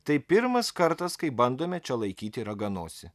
tai pirmas kartas kai bandome čia laikyti raganosį